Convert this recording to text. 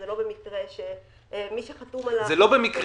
וזה לא במקרה שמי שחתום על --- זה לא במקרה,